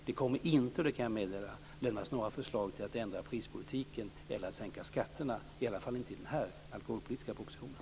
Jag kan meddela att det inte kommer några förslag om att ändra prispolitiken eller att sänka skatterna, i varje fall inte i den här alkoholpolitiska propositionen.